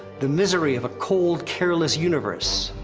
the misery of a cold, careless universe.